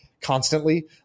constantly